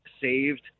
saved